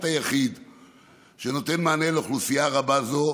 היחיד שנותן מענה לאוכלוסייה רבה זו,